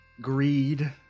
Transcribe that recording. greed